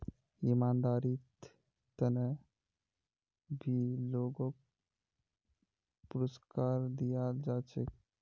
ईमानदारीर त न भी लोगक पुरुस्कार दयाल जा छेक